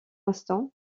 instant